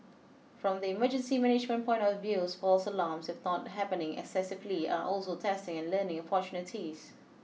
from the emergency management point of views false alarms if not happening excessively are also testing and learning opportunities